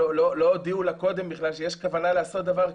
לא הודיעה לה קודם שיש כוונה לעשות דבר כזה.